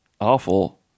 awful